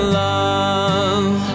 love